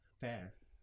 fast